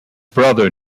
brother